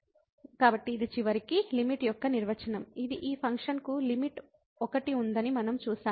కాబట్టి ఇది చివరికి లిమిట్ యొక్క నిర్వచనం ఇది ఈ ఫంక్షన్కు లిమిట్ l ఉందని మనం చూశాము